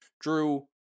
drew